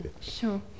Sure